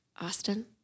Austin